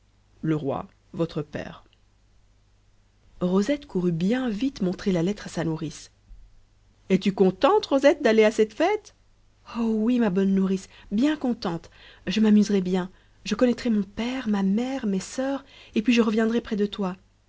le roi votre père rosette courut bien vite montrer la lettre à sa nourrice es-tu contente rosette d'aller à ces fêtes oh oui ma bonne nourrice bien contente je m'amuserai bien je connaîtrai mon père ma mère mes soeurs et puis je reviendrai près de toi